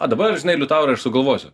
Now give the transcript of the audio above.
o dabar žinai liutaurai aš sugalvosiu